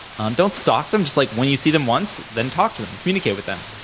um don't stalk them, just like when you see them once, then, talk to them. communicate with them,